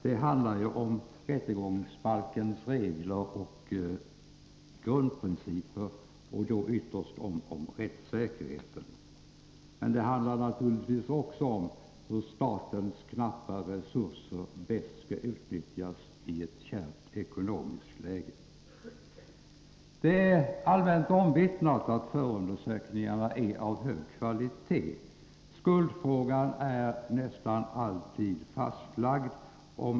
Det handlar ju om rättegångsbalkens regler och grundprinciper och då ytterst om rättssäkerheten. Men det handlar naturligtvis också om hur statens knappa resurser bäst skall utnyttjas i ett kärvt ekonomiskt läge. Det är allmänt omvittnat att förundersökningarna är av hög kvalitet. Skuldfrågan är nästan alltid fastlagd.